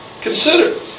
Consider